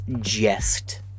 jest